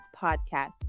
podcast